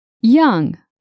Young